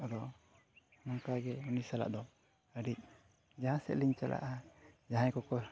ᱟᱫᱚ ᱱᱚᱝᱠᱟ ᱜᱮ ᱩᱱᱤ ᱥᱟᱞᱟᱜ ᱫᱚ ᱟᱹᱰᱤ ᱡᱟᱦᱟᱸ ᱥᱮᱫ ᱞᱤᱧ ᱪᱟᱞᱟᱜᱼᱟ ᱡᱟᱦᱟᱸᱭ ᱠᱚᱠᱚ